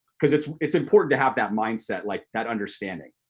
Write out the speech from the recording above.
cause it's it's important to have that mindset, like that understanding.